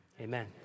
amen